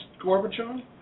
gorbachev